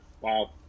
wow